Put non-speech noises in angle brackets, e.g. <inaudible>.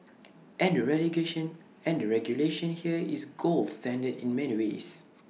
and the regulation <unintelligible> here is gold standard in many ways